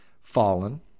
fallen